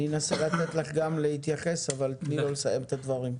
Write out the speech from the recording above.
אנסה לתת לך להתייחס אבל תני לו לסיים את הדברים.